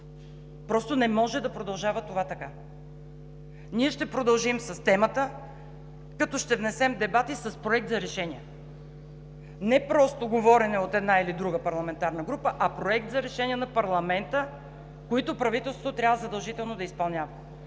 просто не може да продължава така. Ние ще продължим с темата, като ще внесем дебати с Проект за решения, а не просто говорене от една или друга парламентарна група, а проекти за решения на парламента, които правителството трябва задължително да изпълнява.